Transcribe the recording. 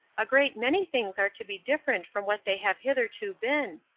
a great many things are to be different from what they have hitherto been,